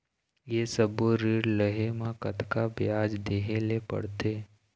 ये सब्बो ऋण लहे मा कतका ब्याज देहें ले पड़ते?